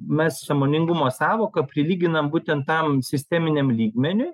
mes sąmoningumo sąvoką prilyginam būtent tam sisteminiam lygmeniui